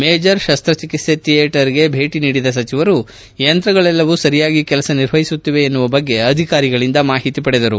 major ಶಸ್ತಚಿಕಿತ್ಸೆ ಥಿಯೇಟರ್ಗೆ ಭೇಟ ನೀಡಿದ ಸಚಿವರು ಯಂತ್ರಗಳೆಲ್ಲವೂ ಸರಿಯಾಗಿ ಕೆಲಸ ನಿರ್ವಹಿಸುತ್ತಿವೆಯೇ ಎನ್ನುವ ಬಗ್ಗೆ ಅಧಿಕಾರಿಗಳಿಂದ ಮಾಹಿತಿ ಪಡೆದರು